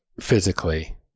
Physically